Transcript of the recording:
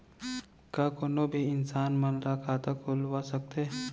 का कोनो भी इंसान मन ला खाता खुलवा सकथे?